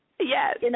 Yes